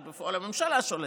אז בפועל הממשלה שולטת.